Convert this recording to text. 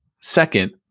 Second